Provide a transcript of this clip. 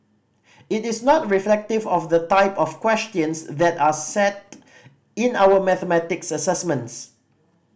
it is not reflective of the type of questions that are set in our mathematics assessments